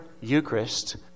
Eucharist